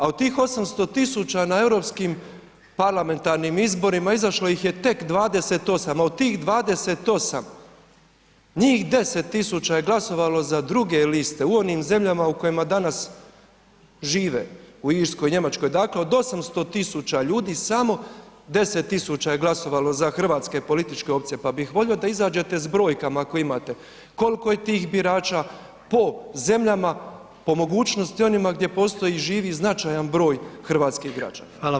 A od tih 800 000 na europskim parlamentarnim izborima, izašlo ih je tek 28% a od tih 28, njih 10 000 je glasovali za druge liste u onim zemljama u kojima danas žive, u Irskoj, Njemačko, dakle od 800 000 ljudi, samo 10 000 je glasovali za hrvatske političke opcije pa bih volio da izađete s brojkama ako imate, koliko je tih birača po zemljama, po mogućnosti u onima gdje postoji i živi značajan broj hrvatskih građana.